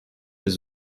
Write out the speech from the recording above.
des